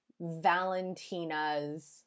valentina's